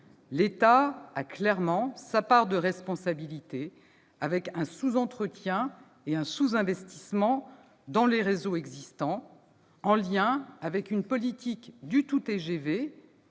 l'État a sa part de responsabilité, avec un sous-entretien et un sous-investissement dans les réseaux existants, en lien avec une politique du tout-TGV